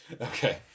Okay